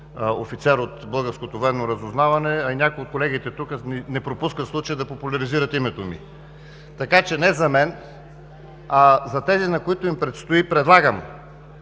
офицер от българското военно разузнаване, а и някои от колегите тук не пропускат случай да популяризират името ми. Така че не за мен, а за тези, на които им предстои, предлагам